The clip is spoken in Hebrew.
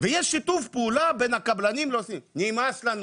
ויש שיתוף פעולה בין הקבלנים לסינים, נמאס לנו,